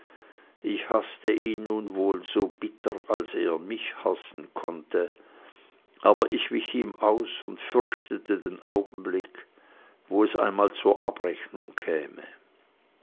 ich hafte ihn nun wohl so bitter als er mich hassen konnte aber ich wich ihm aus und fürchtete den augenblick wo es einmal zur abrechnung käme